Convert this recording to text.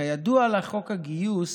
כידוע לך, חוק הגיוס